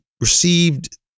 received